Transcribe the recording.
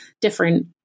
different